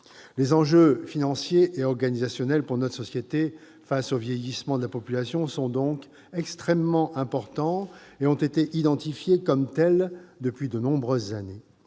Les enjeux financiers et organisationnels pour notre société face au vieillissement de la population sont donc extrêmement importants et ont été identifiés comme tels depuis de nombreuses années.